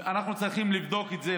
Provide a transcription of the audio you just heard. אנחנו צריכים לבדוק את זה.